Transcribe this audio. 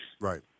Right